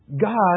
God